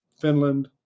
Finland